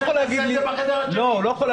תדברו על זה בחדר השני.